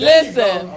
Listen